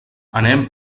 anem